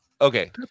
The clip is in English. Okay